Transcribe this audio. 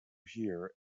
here